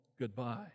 goodbye